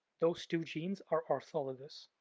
those two genes are orthologous.